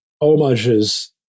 homages